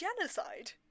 genocide